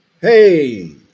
Hey